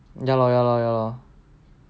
ya lor ya lor ya lor